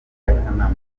y’akanama